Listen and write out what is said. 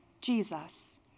Jesus